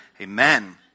Amen